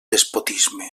despotisme